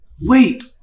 wait